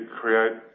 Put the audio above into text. create